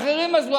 אחרים עזרו,